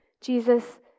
Jesus